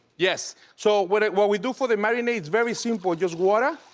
yes, so what what we do for the marinade, it's very simple, just water,